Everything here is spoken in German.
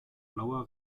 blauer